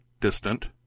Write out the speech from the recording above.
distant